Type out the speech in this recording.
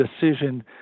decision